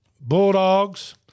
Bulldogs